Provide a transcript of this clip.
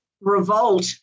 revolt